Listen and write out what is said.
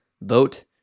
vote